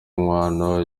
inkwano